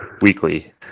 Weekly